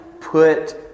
Put